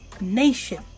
nation